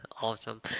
awesome